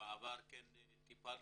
שבעבר כן טיפלנו.